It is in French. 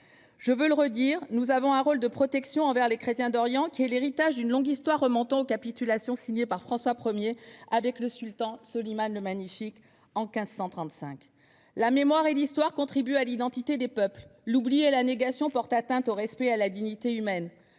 Je veux le redire, nous avons un rôle de protection envers les chrétiens d'Orient, qui est l'héritage d'une longue histoire remontant aux Capitulations signées par François Iavec le sultan Soliman le Magnifique en 1536. La mémoire et l'histoire contribuent à l'identité des peuples. L'oubli et la négation portent atteinte au respect de la dignité humaine.